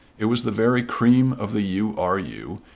it was the very cream of the u. r. u.